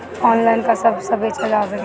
Online का सब फसल बेचल जा सकेला?